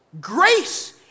Grace